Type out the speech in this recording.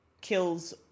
kills